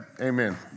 Amen